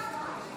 חברי הכנסת,